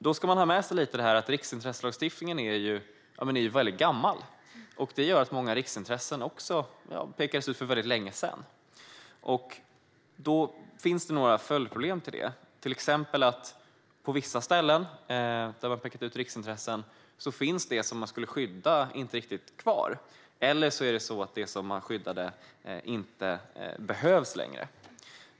Vi ska komma ihåg att riksintresselagstiftningen är väldigt gammal, vilket gör att många riksintressen pekades ut för länge sedan. Det finns några problem som följer på detta. Till exempel kan det på vissa ställen där man har pekat ut riksintressen vara så att det som man skulle skydda inte finns kvar eller att det inte längre behövs.